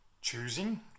choosing